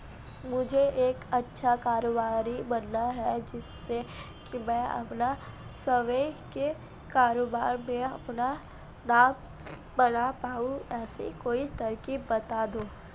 मुझे एक अच्छा कारोबारी बनना है जिससे कि मैं अपना स्वयं के कारोबार में अपना नाम बना पाऊं ऐसी कोई तरकीब पता दो?